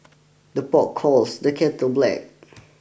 the pot calls the kettle black